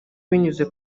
binyuze